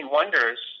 wonders